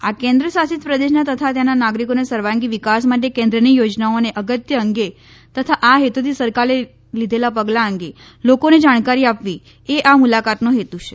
આ કેન્દ્રશાસિત પ્રદેશના તથા તેના નાગરીકોના સર્વાંગી વિકાસ માટે કેન્દ્રની યોજનાઓની અગત્ય અંગે તથા આ હેતુથી સરકારે લીધેલાં પગલાં અંગે લોકોને જાણકારી આપવી એ આ મુલાકાતનો હેતુ છે